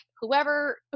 whoever